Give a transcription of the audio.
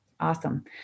Awesome